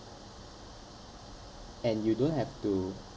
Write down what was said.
and you don't have to